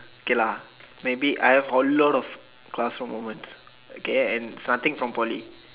K lah maybe I have a lot of classroom moments okay and it's nothing from Poly